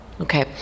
Okay